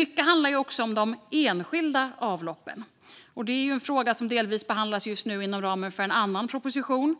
Mycket handlar dock också om de enskilda avloppen. Detta är en fråga som just nu delvis behandlas inom ramen för en annan proposition,